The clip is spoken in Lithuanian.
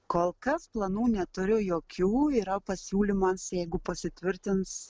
kol kas planų neturiu jokių yra pasiūlymas jeigu pasitvirtins